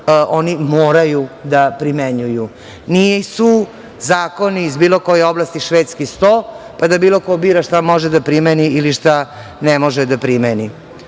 oni moraju da primenjuju. Nisu zakoni iz bilo koje oblasti švedski sto, pa da bilo ko bira šta može da primeni ili šta ne može da primeni. Slažem